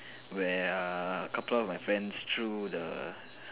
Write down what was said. where a couple of my friends threw the